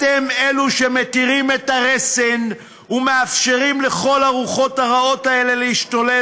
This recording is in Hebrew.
אתם אלה שמתירים את הרסן ומאפשרים לכל הרוחות הרעות האלה להשתולל.